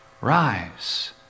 rise